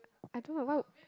I don't know why would